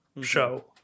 show